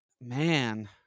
man